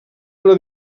una